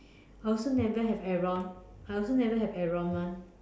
I also never have Aaron I also never have Aaron [one]